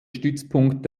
stützpunkt